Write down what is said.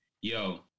yo